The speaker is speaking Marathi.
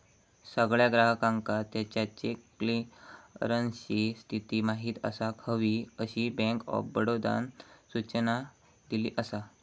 सगळ्या ग्राहकांका त्याच्या चेक क्लीअरन्सची स्थिती माहिती असाक हवी, अशी बँक ऑफ बडोदानं सूचना दिली असा